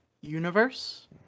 universe